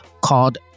called